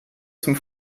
zum